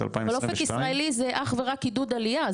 2022. אבל 'אופק ישראלי' זה אך ורק עידוד עלייה.